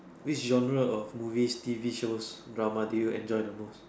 which genre of movies T_V shows drama do you enjoy the most